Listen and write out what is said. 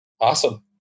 Awesome